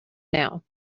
now